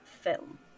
film